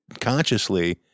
consciously